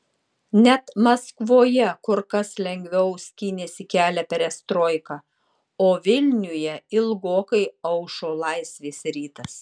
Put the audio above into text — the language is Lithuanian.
net maskvoje kur kas lengviau skynėsi kelią perestroika o vilniuje ilgokai aušo laisvės rytas